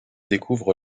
découvre